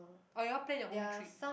oh you all plan your own trip